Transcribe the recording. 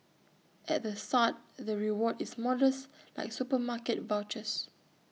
at the start the reward is modest like supermarket vouchers